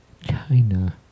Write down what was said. China